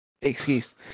excuse